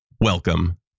welcome